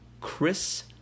Chris